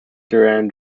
duran